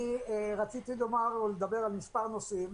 רציתי לדבר על מספר נושאים.